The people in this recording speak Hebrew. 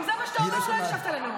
אם זה מה שאתה אומר, לא הקשבת לנאום.